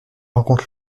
rencontre